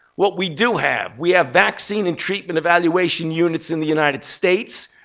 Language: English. what we do have. we have vaccine and treatment evaluation units in the united states.